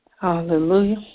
Hallelujah